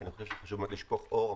כי אני חושב שחשוב מאוד לשפוך אור.